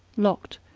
locked,